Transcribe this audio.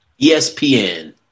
ESPN